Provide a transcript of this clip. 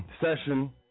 session